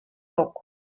yok